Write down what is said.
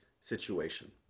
situation